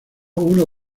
uno